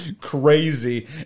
crazy